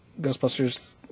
Ghostbusters